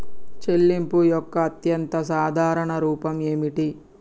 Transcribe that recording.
చెల్లింపు యొక్క అత్యంత సాధారణ రూపం ఏమిటి?